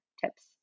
tips